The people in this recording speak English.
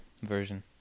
version